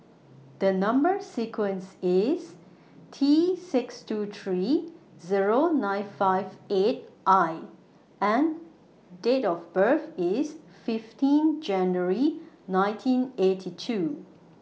Number sequence IS T six two three Zero nine five eight I and Date of birth IS fifteen January nineteen eighty two